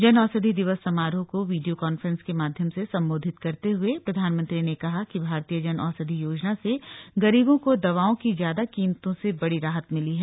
जन औषधि दिवस समारोह को वीडियो कांफ्रेंस के माध्यम से संबोधित करते हुए प्रधानमंत्री ने कहा कि भारतीय जन औषधि योजना से गरीबों को दवाओं की ज्यादा कीमतों से बड़ी राहत मिली है